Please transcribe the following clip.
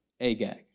Agag